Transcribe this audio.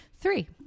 Three